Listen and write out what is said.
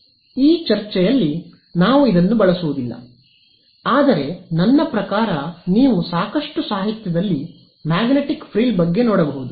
ಈ ಚರ್ಚೆಯಲ್ಲಿ ನಾವು ಇದನ್ನು ಬಳಸುವುದಿಲ್ಲ ಆದರೆ ನನ್ನ ಪ್ರಕಾರ ನೀವು ಸಾಕಷ್ಟು ಸಾಹಿತ್ಯದಲ್ಲಿ ಮ್ಯಾಗ್ನೆಟಿಕ್ ಫ್ರಿಲ್ ಬಗ್ಗೆ ನೋಡಬಹುದು